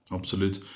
absoluut